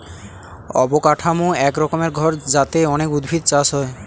অবকাঠামো এক রকমের ঘর যাতে অনেক উদ্ভিদ চাষ হয়